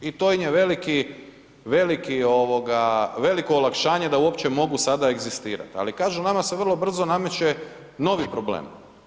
I to im je veliko olakšanje da uopće mogu sada egzistirat, ali kažu nama se vrlo brzo nameće novi problem.